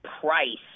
price